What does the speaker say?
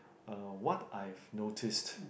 uh what I've noticed